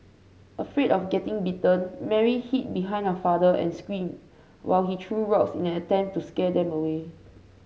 afraid of getting bitten Mary hid behind her father and screamed while he threw rocks in an attempt to scare them away